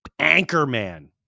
anchorman